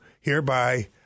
hereby